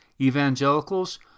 Evangelicals